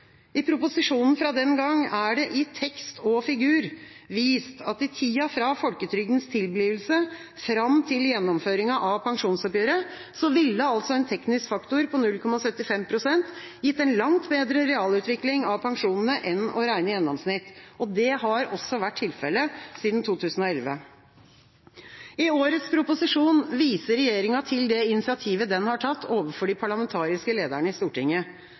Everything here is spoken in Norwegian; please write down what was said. I proposisjonen fra den gang er det i tekst og figurer vist at i tida fra folketrygdens tilblivelse fram til gjennomføringa av pensjonsoppgjøret ville en teknisk faktor på 0,75 pst. gitt en langt bedre realutvikling av pensjonene enn å regne gjennomsnitt. Det har også vært tilfellet siden 2011. I årets proposisjon viser regjeringa til det initiativet den har tatt overfor de parlamentariske lederne i Stortinget.